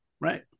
Right